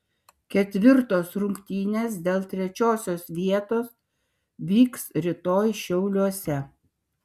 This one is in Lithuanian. ketvirtos rungtynės dėl trečiosios vietos vyks rytoj šiauliuose